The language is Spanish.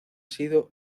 sido